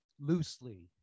loosely